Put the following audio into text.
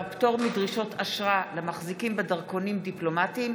פטור מדרישות אשרה למחזיקים בדרכונים דיפלומטיים,